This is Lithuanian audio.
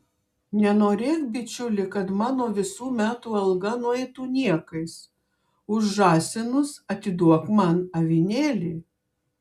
nenorėk bičiuli kad mano visų metų alga nueitų niekais už žąsinus atiduok man avinėlį